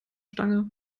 stange